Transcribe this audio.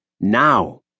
Now